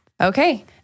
Okay